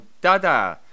Dada